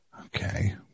Okay